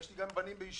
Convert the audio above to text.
ויש לי גם בנים בישיבות.